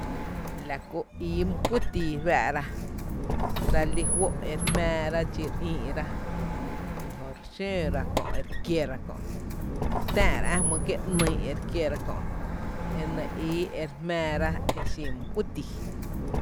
La kú ii mý kuý tii re fáá’ra dsa lí fó’ ere jmⱥⱥ ra dxi e re ïï’ rá i jö re xǿǿ ra kö’ ere kiéra kö’, re täá’ra ä’ jmýý’ kié’ ‘nýý’ ere kiéra kö’ enɇ ii ere jmⱥⱥra e xin mý kuý tii.